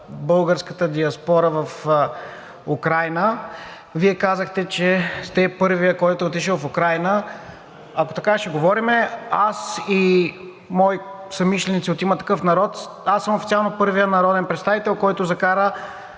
българската диаспора в Украйна. Вие казахте, че сте първият, който е отишъл в Украйна. Ако така ще говорим, аз и мои съмишленици от „Има такъв народ“, официално аз съм първият народен представител, който закара